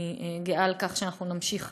אני גאה על כך שאנחנו נמשיך